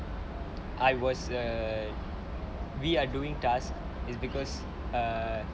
I was err we are doing task is because err